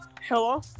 Hello